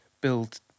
build